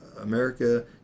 america